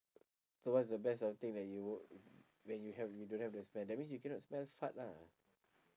so what's the best of thing that you won't when you have when you don't have the smell that means you cannot smell fart lah